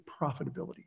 profitability